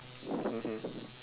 mmhmm